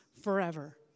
forever